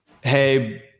hey